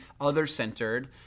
other-centered